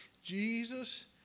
Jesus